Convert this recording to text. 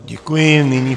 Děkuji.